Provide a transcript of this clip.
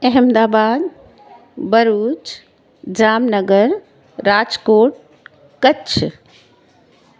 Ahmedabad Bharuch Jamnagar Rajkot Kutch